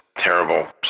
terrible